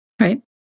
right